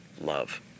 love